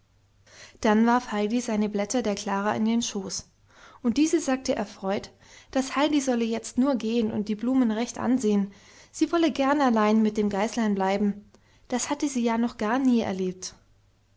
dann warf heidi seine blätter der klara in den schoß und diese sagte erfreut das heidi solle jetzt nur gehen und die blumen recht ansehen sie wolle gern allein mit dem geißlein bleiben das hatte sie ja noch gar nie erlebt